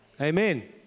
Amen